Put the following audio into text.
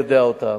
יודע אותם,